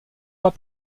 pas